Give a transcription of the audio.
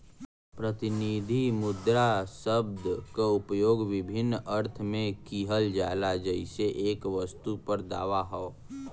प्रतिनिधि मुद्रा शब्द क उपयोग विभिन्न अर्थ में किहल जाला जइसे एक वस्तु पर दावा हौ